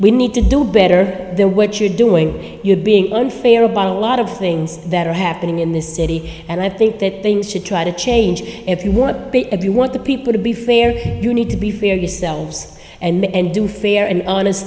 we need to do better than what you're doing you're being unfair obama a lot of things that are happening in this city and i think that they should try to change if you want to be if you want the people to be fair you need to be fair yourselves and do fair and honest